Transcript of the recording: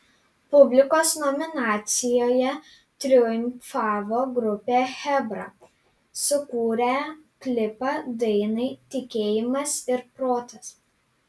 publikos nominacijoje triumfavo grupė chebra sukūrę klipą dainai tikėjimas ir protas